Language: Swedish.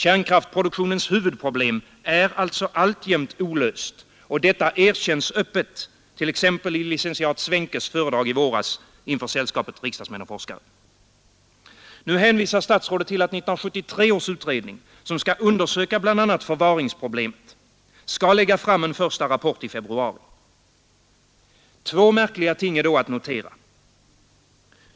Kärnkraftsproduktionens huvudproblem är alltså alltjämt oiöst, och detta erkänns öppet, t.ex. i licentiat Svenkes föredrag i våras inför sällskapet Riksdagsmän och forskare. Nu hänvisar statsrådet till att 1973 års utredning, som skall undersöka bl.a. förvaringsproblemet, skall lägga fram en första rapport i februari. Två märkliga ting är då att notera.